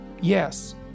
Yes